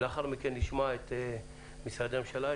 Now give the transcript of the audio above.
ולאחר מכן נשמע את משרדי הממשלה,